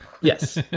Yes